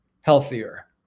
healthier